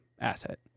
asset